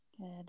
Good